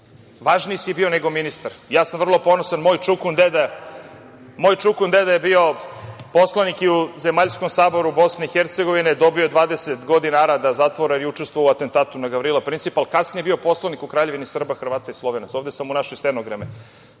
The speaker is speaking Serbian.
Važniji si bio nego ministar. Ja sam vrlo ponosan, moj čukundeda je bio poslanik i u Zemaljskom saboru Bosne i Hercegovine, dobio je 20 godina Arada zatvora i učestvovao u atentatu na Gavrila Principa, ali kasnije je bio poslanik u Kraljevini Srba, Hrvata i Slovenaca. Ovde sam mu našao stenograme.